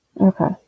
okay